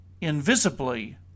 invisibly